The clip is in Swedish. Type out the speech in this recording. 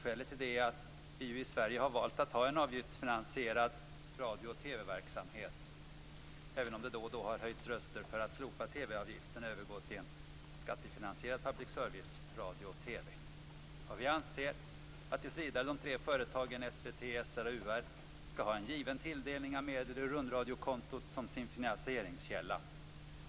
Vi har i Sverige valt att ha en avgiftsfinansierad radio och TV verksamhet, även om det då och då har höjts röster för att slopa TV-avgiften och övergå till en skattefinansierad public service radio och TV. Vi anser att de tre företagen SVT, SR och UR tills vidare skall ha en given tilldelning av medel ur rundradiokontot som sin finansieringskälla.